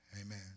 Amen